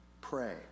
pray